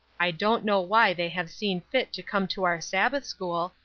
i don't know why they have seen fit to come to our sabbath-school,